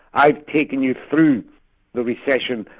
i've taken you through the recession,